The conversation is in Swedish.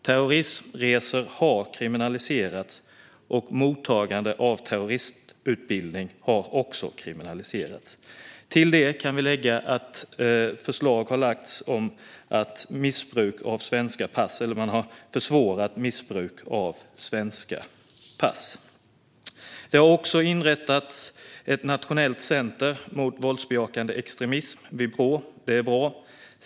Terrorismresor har kriminaliserats, och även mottagandet av terrorutbildning har kriminaliserats. Till detta kan vi lägga att man har försvårat missbruk av svenska pass. Det har också inrättats ett nationellt center mot våldsbejakande extremism vid Brå, vilket är bra.